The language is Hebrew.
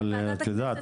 אבל את יודעת,